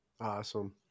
Awesome